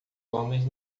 homens